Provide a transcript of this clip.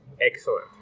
excellent